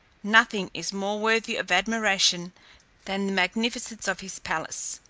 nothing is more worthy of admiration than the magnificence of his palace.